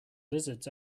lizards